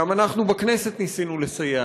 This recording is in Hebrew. גם אנחנו בכנסת ניסינו לסייע,